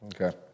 Okay